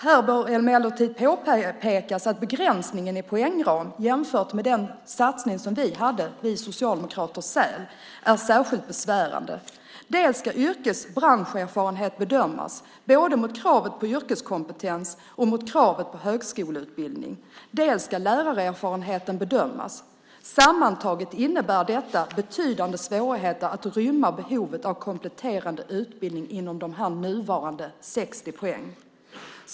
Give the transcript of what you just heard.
Här bör emellertid påpekas att begränsningen i poängram jämfört med den satsning som vi socialdemokrater hade, SÄL, är särskilt besvärande. Dels ska yrkesbranscherfarenhet bedömas, både mot kravet på yrkeskompetens och mot kravet på högskoleutbildning, dels ska lärarerfarenheten bedömas. Sammantaget innebär detta betydande svårigheter att rymma behovet av kompletterande utbildning inom de nuvarande 60 poängen.